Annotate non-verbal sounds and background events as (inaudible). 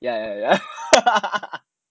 ya ya ya (laughs)